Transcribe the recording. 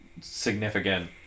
significant